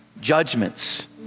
judgments